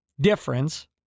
difference